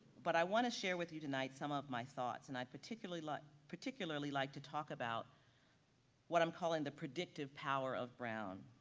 but i want to share with you tonight some of my thoughts, and i particularly like like to talk about what i'm calling the predictive power of brown.